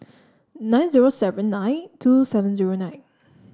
nine zero seven nine two seven zero nine